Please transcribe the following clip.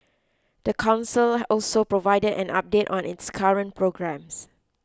the council also provided an update on its current programmes